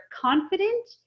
confident